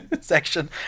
section